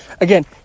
again